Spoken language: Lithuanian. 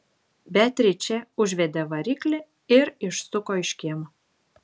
beatričė užvedė variklį ir išsuko iš kiemo